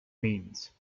means